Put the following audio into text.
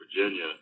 Virginia